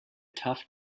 tough